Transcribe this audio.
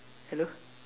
hello